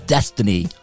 Destiny